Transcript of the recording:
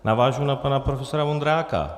Navážu na pana profesora Vondráka.